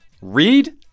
read